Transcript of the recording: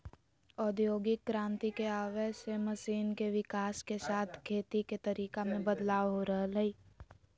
औद्योगिक क्रांति के आवय से मशीन के विकाश के साथ खेती के तरीका मे बदलाव हो रहल हई